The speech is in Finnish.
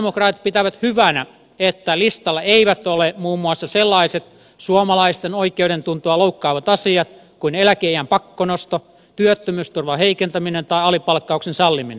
sosialidemokraatit pitävät hyvänä että listalla eivät ole muun muassa sellaiset suomalaisten oikeudentuntoa loukkaavat asiat kuin eläkeiän pakkonosto työttömyysturvan heikentäminen tai alipalkkauksen salliminen